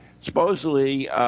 supposedly